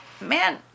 man